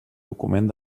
document